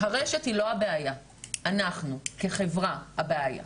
הרשת היא לא הבעיה, אנחנו כחברה הבעיה.